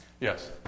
Yes